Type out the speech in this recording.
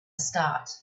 start